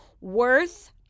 worth